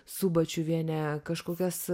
subačiuviene kažkokias